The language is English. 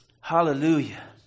Hallelujah